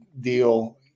deal